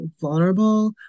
vulnerable